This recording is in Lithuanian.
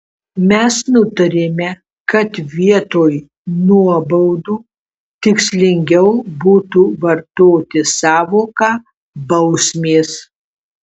mes nutarėme kad vietoj nuobaudų tikslingiau būtų vartoti sąvoką bausmės